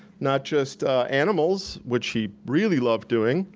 not just animals, which he really loved doing,